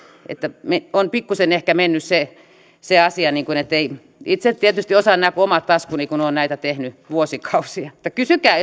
että on pikkuisen ehkä mennyt se se asia ettei itse tietysti osaan nämä kuin omat taskuni kun olen näitä tehnyt vuosikausia että kysykää